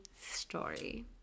story